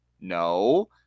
no